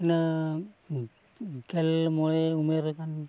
ᱤᱱᱟᱹ ᱜᱮᱞ ᱢᱚᱬᱮ ᱩᱢᱮᱨ ᱜᱟᱱ